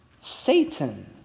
Satan